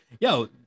yo